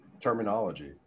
terminology